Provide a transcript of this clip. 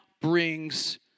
brings